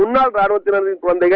முன்னாள் ராணவத்தினரின் குழந்தைகள்